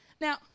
Now